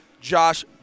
Josh